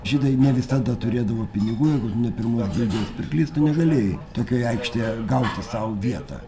žydai ne visada turėdavo pinigų jeigu tu ne pirmos gildijos pirklys tu negalėjai tokioj aikštėje gauti sau vietą